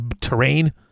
terrain